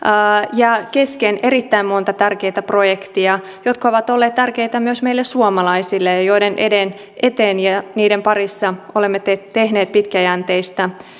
jää kesken erittäin monta tärkeätä projektia jotka ovat olleet tärkeitä myös meille suomalaisille ja ja joiden eteen eteen ja ja joiden parissa olemme tehneet pitkäjänteistä